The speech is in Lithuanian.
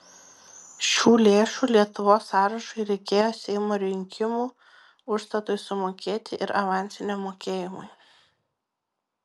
šių lėšų lietuvos sąrašui reikėjo seimo rinkimų užstatui sumokėti ir avansiniam mokėjimui